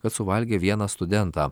kad suvalgė vieną studentą